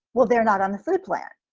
well, they're not on the food plan.